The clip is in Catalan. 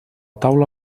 taula